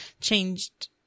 changed